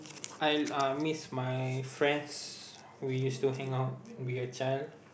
I'll miss my friends we used to hang out when we were child